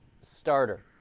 starter